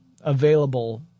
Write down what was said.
available